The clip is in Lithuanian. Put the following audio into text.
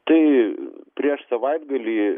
tai prieš savaitgalį